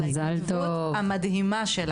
על ההתנדבות המדהימה שלה.